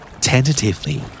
Tentatively